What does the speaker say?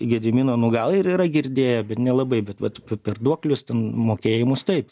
gedimino nu gal ir yra girdėję bet nelabai bet vat per duokles ten mokėjimus taip